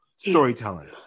storytelling